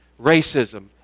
racism